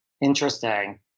interesting